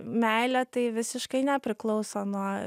meilė tai visiškai nepriklauso nuo